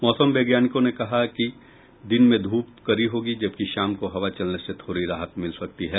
मौसम वैज्ञानिकों ने कहा कि दिन ध्रप कड़ी होगी जबकि शाम को हवा चलने से थोड़ी राहत मिल सकती है